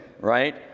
right